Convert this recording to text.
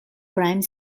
crime